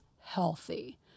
healthy